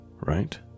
right